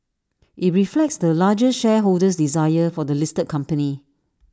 IT reflects the largest shareholder's desire for the listed company